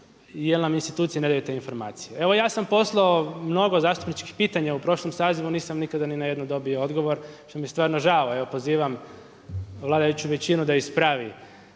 jer nam institucije ne daju te informacije. Evo ja sam poslao mnogo zastupničkih pitanja u prošlom sazivu nisam nikada ni na jedno dobio odgovor što mi je stvarno žao. Evo pozivam vladajuću većinu da ispravi